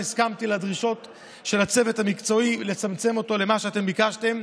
הסכמתי לדרישות של הצוות המקצועי לצמצם אותו למה שאתם ביקשתם.